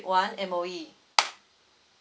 one M_O_E